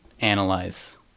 analyze